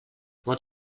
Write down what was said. what